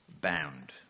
bound